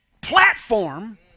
platform